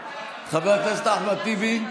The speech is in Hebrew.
חבר הכנסת אחמד טיבי,